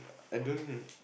I don't re~